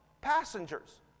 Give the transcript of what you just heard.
Passengers